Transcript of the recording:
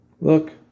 Look